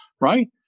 right